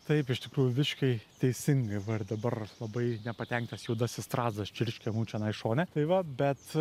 taip iš tikrųjų visiškai teisingai va ir dabar labai nepatenkintas juodasis strazdas čirškia čionai šone tai va bet